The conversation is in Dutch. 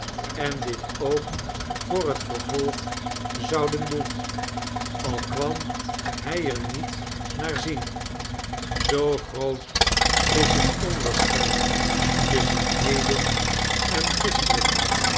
en dit ook voor het vervolg zouden doen al kwam hij er niet naar zien zoo groot is het onderscheid tusschen heden en gisteren